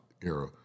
era